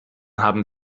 haben